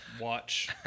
watch